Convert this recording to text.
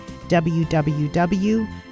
www